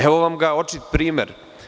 Evo vam ga očit primer.